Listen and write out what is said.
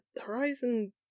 Horizon